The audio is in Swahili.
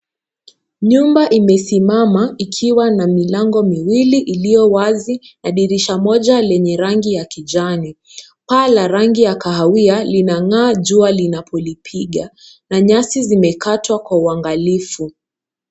Nyumba imesimama ikiwa na milango miwili iliyo wazi na dirisha moja lenye rangi ya kijani , paa la rangi ya kahawia linang'aa jua linapolipiga ,na nyasi zimekatwa kwa uangalifu.